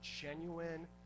genuine